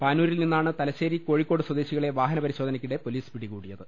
പാനൂരിൽ നിന്നാണ് തലശേരി കോഴിക്കോട് സ്വദേ ശികളെ വാഹന പരിശോധനക്കിടെ പൊലീസ് പിടികൂടിയത്